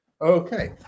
Okay